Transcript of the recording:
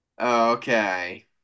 Okay